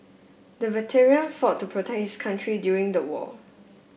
the veteran fought to protect his country during the war